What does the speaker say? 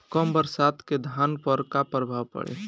कम बरसात के धान पर का प्रभाव पड़ी?